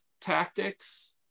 tactics